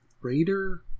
raider